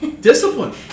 discipline